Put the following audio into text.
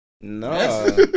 No